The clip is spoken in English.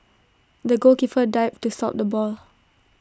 the goalkeeper dived to stop the ball